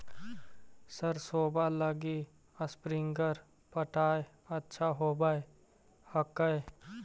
सरसोबा लगी स्प्रिंगर पटाय अच्छा होबै हकैय?